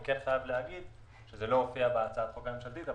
אני חייב להגיד שזה לא הופיע בהצעת החוק הממשלתית.